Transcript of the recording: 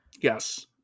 Yes